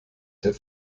der